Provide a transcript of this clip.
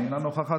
אינו נוכח,